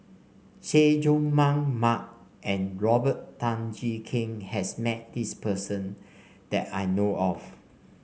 Chay Jung Jun Mark and Robert Tan Jee Keng has met this person that I know of